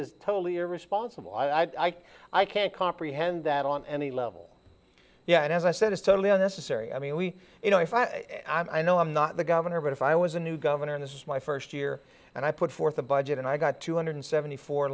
is totally irresponsible i think i can't comprehend that on any level yet as i said it's totally unnecessary i mean we you know if i i know i'm not the governor but if i was a new governor and this is my first year and i put forth a budget and i got two hundred seventy four